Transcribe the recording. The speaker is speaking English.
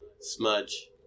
Smudge